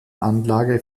anlage